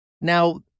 Now